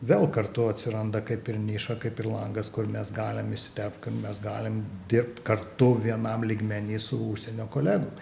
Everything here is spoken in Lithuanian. vėl kartu atsiranda kaip ir niša kaip ir langas kur mes galim įsiterpt kur mes galim dirbt kartu vienam lygmeny su užsienio kolegom